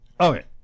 Okay